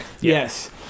Yes